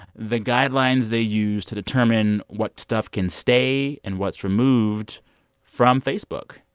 the guidelines they use to determine what stuff can stay and what's removed from facebook.